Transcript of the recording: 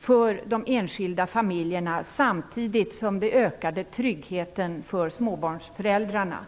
för de enskilda familjerna samtidigt som det ökade tryggheten för småbarnsföräldrarna.